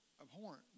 abhorrent